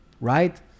right